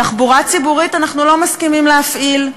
תחבורה ציבורית אנחנו לא מסכימים להפעיל,